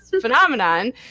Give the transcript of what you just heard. phenomenon